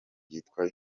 ryitwa